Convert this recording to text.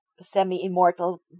semi-immortal